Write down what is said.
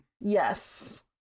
Yes